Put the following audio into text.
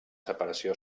separació